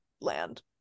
land